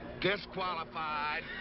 disqualified!